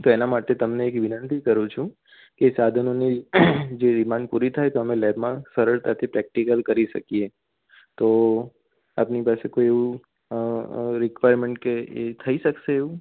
તો એના માટે તમને એક વિનંતી કરું છું કે સાધનોની જે ડિમાન્ડ પૂરી થાય તો લેબમાં અમે સરળતાથી પ્રેકટીકલ કરી શકીએ તો આપની પાસે કોઈ રિકવાયરમેન્ટ કે થઈ શકશે એવું